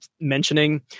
mentioning